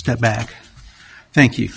step back thank you